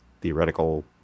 theoretical